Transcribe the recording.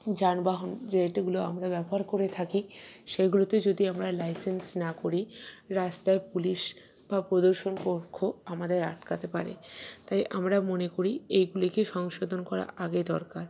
যানবাহন যেইটিগুলো আমরা ব্যবহার করে থাকি সেইগুলোতে যদি আমরা লাইসেন্স না করি রাস্তায় পুলিশ বা প্রদর্শনপক্ষ আমাদের আটকাতে পারে তাই আমরা মনে করি এইগুলিকে সংশোধন করা আগে দরকার